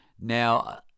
now